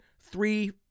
Three